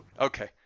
Okay